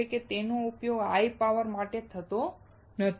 એટલે કે તેનો ઉપયોગ હાઈ પાવર એપ્લિકેશન માટે કરી શકાતો નથી